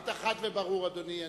היית חד וברור, אדוני.